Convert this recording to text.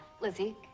lizzie